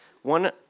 One